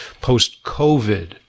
post-COVID